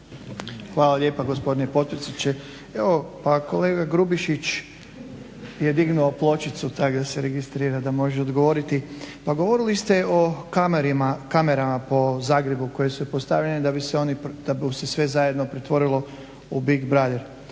Hvala lijepa, gospodine potpredsjedniče. Pa kolega Grubišić je dignuo pločicu tako da se registrira da može odgovoriti. Pa govorili ste o kamerama po Zagrebu koje su postavljene, da bu se sve zajedno pretvorilo u Big Brother.